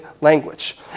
language